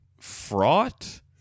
fraught